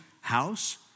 house